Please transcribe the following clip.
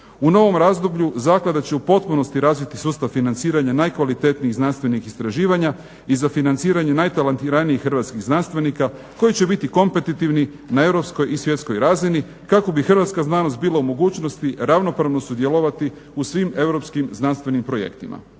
U novom razdoblju zaklada će u potpunosti razviti sustav financiranja najkvalitetnijih znanstvenih istraživanja i za financiranje najtalentiranijih Hrvatskih znanstvenika koji će biti kompetitivni na Europskoj i svjetskoj razini. Kako bi hrvatska znanost bila u mogućnosti ravnopravno sudjelovati u svim europskim znanstvenim projektima.